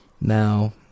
Now